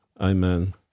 Amen